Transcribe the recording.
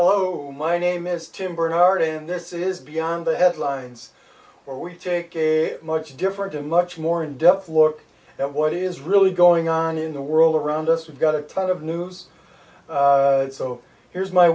hello my name is tim barnard and this is beyond the headlines or we take a much different and much more in depth look at what is really going on in the world around us we've got a ton of news so here's my